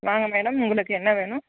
வாங்க மேடம் உங்களுக்கு என்ன வேணும்